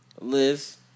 Liz